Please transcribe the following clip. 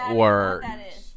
works